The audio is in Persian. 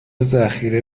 ذخیره